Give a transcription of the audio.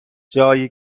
جایی